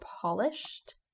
polished